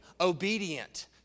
obedient